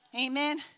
amen